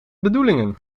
bedoelingen